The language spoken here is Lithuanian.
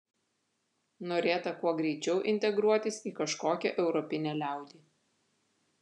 norėta kuo greičiau integruotis į kažkokią europinę liaudį